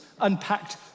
unpacked